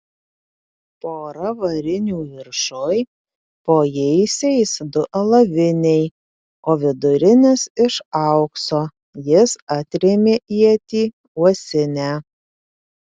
pora varinių viršuj po jaisiais du alaviniai o vidurinis iš aukso jis atrėmė ietį uosinę